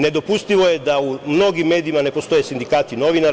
Nedopustivo je da u mnogim medijima ne postoje sindikati novinara.